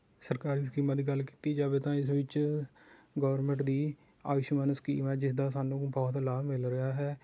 ਸਰਕਾਰੀ ਸਕੀਮਾਂ ਦੀ ਗੱਲ ਕੀਤੀ ਜਾਵੇ ਤਾਂ ਇਸ ਵਿੱਚ ਗੋਰਮੈਂਟ ਦੀ ਆਯੂਸ਼ਮਾਨ ਸਕੀਮ ਹੈ ਜਿਸ ਦਾ ਸਾਨੂੰ ਬਹੁਤ ਲਾਭ ਮਿਲ ਰਿਹਾ ਹੈ